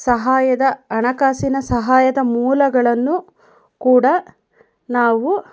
ಸಹಾಯದ ಹಣಕಾಸಿನ ಸಹಾಯದ ಮೂಲಗಳನ್ನು ಕೂಡ ನಾವು